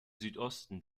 südosten